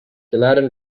gallatin